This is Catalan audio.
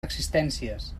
existències